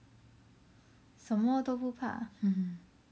什么都不怕